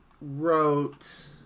wrote